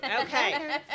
okay